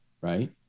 right